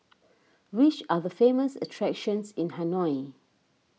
which are the famous attractions in Hanoi